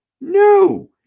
No